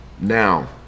Now